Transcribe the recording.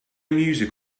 music